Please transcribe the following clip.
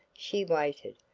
she waited,